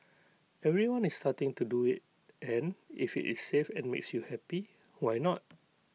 everyone is starting to do IT and if IT is safe and makes you happy why not